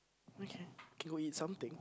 okay can we eat something